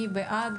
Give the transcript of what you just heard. מי בעד?